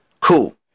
Cool